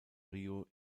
río